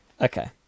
Okay